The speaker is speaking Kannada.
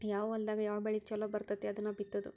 ಯಾವ ಹೊಲದಾಗ ಯಾವ ಬೆಳಿ ಚುಲೊ ಬರ್ತತಿ ಅದನ್ನ ಬಿತ್ತುದು